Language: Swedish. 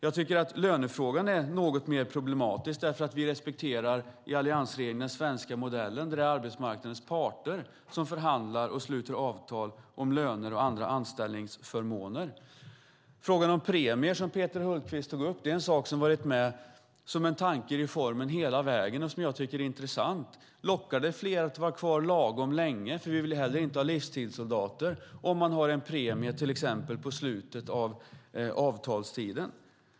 Jag tycker att lönefrågan är något mer problematisk. Vi i alliansregeringen respekterar den svenska modellen, att arbetsmarknadens parter förhandlar och sluter avtal om löner och andra anställningsförmåner. Den fråga om premier som Peter Hultqvist tog upp är något som hela vägen varit med som en tanke i reformen och som jag tycker är intressant. Lockar det fler att vara kvar lagom länge - vi vill ju inte heller ha livstidssoldater - om det finns en premie till exempel i slutet av avtalstiden?